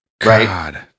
God